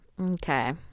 Okay